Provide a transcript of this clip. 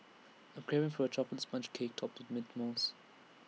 I am craving for A Chocolate Sponge Cake Topped with Mint Mousse